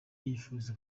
yifuriza